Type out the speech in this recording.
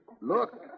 Look